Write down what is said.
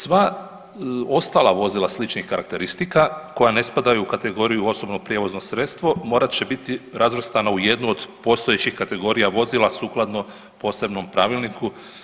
Sva ostala vozila sličnih karakteristika koja ne spadaju u kategoriju osobno prijevozno sredstvo morat će biti razvrstana u jednu od postojećih kategorija vozila sukladno posebnom pravilniku.